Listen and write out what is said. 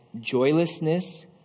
Joylessness